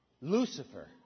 Lucifer